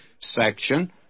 section